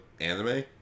Anime